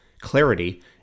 Clarity